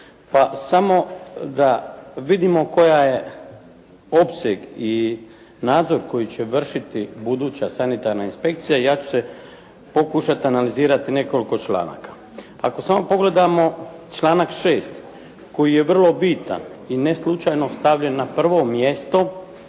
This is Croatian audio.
pa samo da vidimo koja je opseg i nadzor koji će vršiti buduća sanitarna inspekcija. Ja ću se pokušati analizirati nekoliko članka. Ako samo pogledamo članak 6. koji je vrlo bitan i ne slučajno stavljen na prvo mjesto,